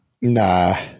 Nah